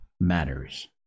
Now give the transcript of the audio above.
matters